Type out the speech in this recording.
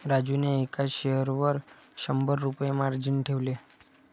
राजूने एका शेअरवर शंभर रुपये मार्जिन ठेवले